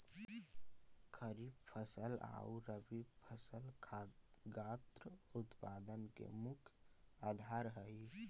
खरीफ फसल आउ रबी फसल खाद्यान्न उत्पादन के मुख्य आधार हइ